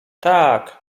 tak